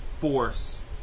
force